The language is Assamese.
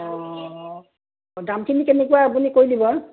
অঁ দামখিনি কেনেকুৱা আপুনি কৈ দিব